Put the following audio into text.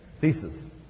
thesis